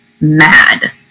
mad